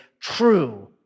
true